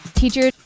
teacher